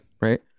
right